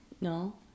No